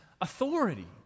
authority